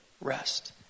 rest